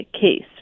case